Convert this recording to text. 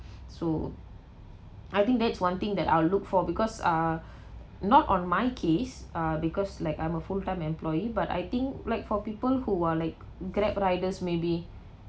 so I think that's one thing I'll look for because uh not on my case uh because like I'm a full-time employee but I think like for people who are like Grab riders maybe